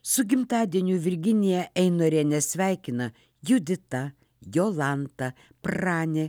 su gimtadieniu virginiją einorienę sveikina judita jolanta pranė